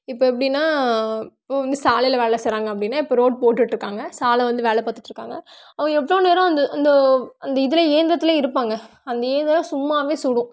இப்போ எப்படினா இப்போ வந்து சாலையில் வேலை செய்கிறாங்க அப்படின்னா இப்போது ரோடு போட்டுட்ருக்காங்க சாலை வந்து வேலை பார்த்துட்ருக்காங்க அவங்க எவ்வளோ நேரம் அந்த அந்த அந்த இதில் ஏந்தத்துலே இருப்பாங்க அந்த இந்திரம் சும்மாவே சுடும்